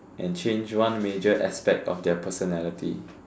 and change one major aspect of their personality